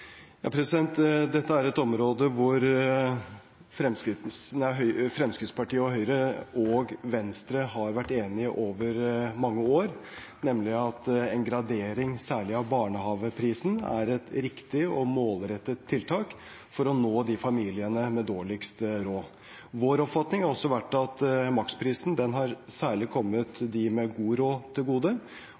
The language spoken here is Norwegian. Dette er et område hvor Fremskrittspartiet, Høyre og Venstre har vært enige over mange år, nemlig at gradering av særlig barnehageprisen er et riktig og målrettet tiltak for å nå familiene med dårligst råd. Vår oppfatning har også vært at maksprisen særlig har kommet dem med god råd til gode,